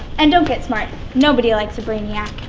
and don't get smart. nobody likes a braniac.